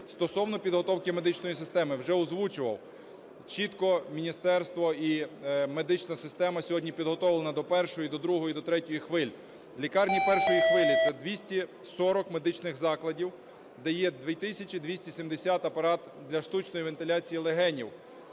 Стосовно підготовки медичної системи вже озвучував. Чітко міністерство і медична система сьогодні підготовлена до першої, до другої і до третьої хвиль. Лікарні першої хвилі – це 240 медичних закладів, де є 2 тисячі 270 апаратів для штучної вентиляції легенів.